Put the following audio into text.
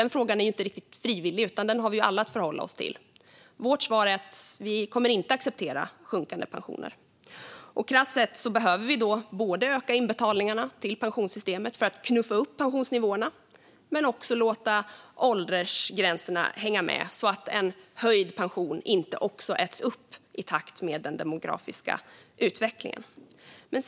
Det är ingen frivillig fråga, utan den har vi alla att förhålla oss till. Vårt svar är att vi inte kommer att acceptera sjunkande pensioner. Krasst sett behöver vi både öka inbetalningarna till pensionssystemet för att knuffa upp pensionsnivåerna och också låta åldersgränserna hänga med, så att en höjd pension inte äts upp av den demografiska utvecklingen.